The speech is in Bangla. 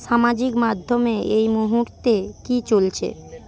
সামাজিক মাধ্যমে এই মুহূর্তে কি চলছে